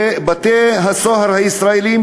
בבתי-הסוהר הישראליים,